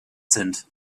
sind